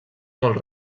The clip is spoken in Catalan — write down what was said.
molt